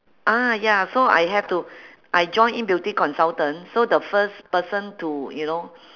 ah ya so I have to I joined in beauty consultant so the first person to you know